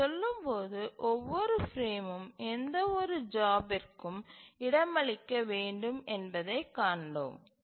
நாம் செல்லும்போது ஒவ்வொரு பிரேமும் எந்தவொரு ஜாப்க்கும் இடமளிக்க வேண்டும் என்பதைக் காண்போம்